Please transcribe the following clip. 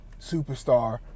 superstar